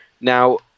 Now